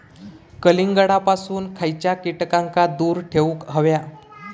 कलिंगडापासून खयच्या कीटकांका दूर ठेवूक व्हया?